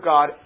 God